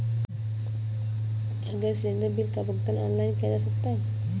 क्या gas cylinder bill का भुगतान ऑनलाइन किया जा सकता है?